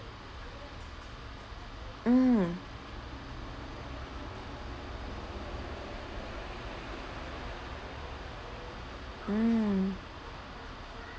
mm mm